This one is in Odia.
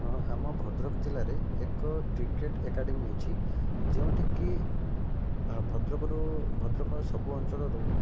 ହଁ ଆମ ଭଦ୍ରକ ଜିଲ୍ଲାରେ ଏକ କ୍ରିକେଟ୍ ଏକାଡ଼େମୀ ଅଛି ଯେଉଁଠିକି ଭଦ୍ରକରୁ ଭଦ୍ରକର ସବୁ ଅଞ୍ଚଳରୁ